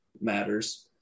matters